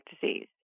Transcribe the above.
disease